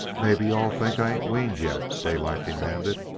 mebbe you-all think i ain't weaned yet? daylight demanded.